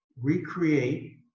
recreate